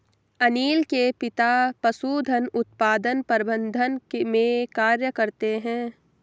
अनील के पिता पशुधन उत्पादन प्रबंधन में कार्य करते है